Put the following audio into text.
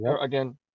Again